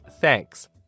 thanks